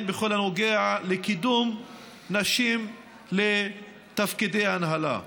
בכל הנוגע לקידום נשים לתפקידי הנהלה.